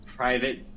Private